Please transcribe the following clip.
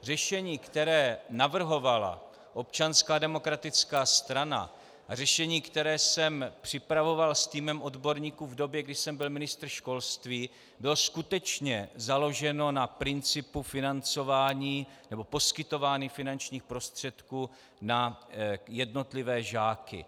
Řešení, které navrhovala Občanská demokratická strana, a řešení, které jsem připravoval s týmem odborníků v době, kdy jsem byl ministr školství, bylo skutečně založeno na principu financování, nebo poskytování finančních prostředků na jednotlivé žáky.